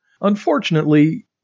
unfortunately